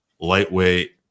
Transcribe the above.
Lightweight